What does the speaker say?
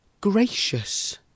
gracious